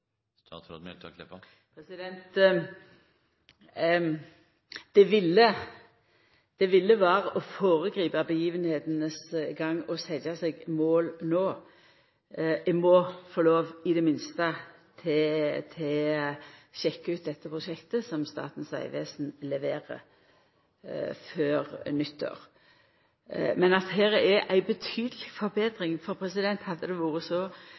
Det ville vera å føregripa det som skjer, å setja seg mål no. Eg må i det minste få lov til å sjekka ut dette prosjektet som Statens vegvesen leverer før nyttår. Men det ligg her ei betydeleg forbetring, for hadde det enda vore så,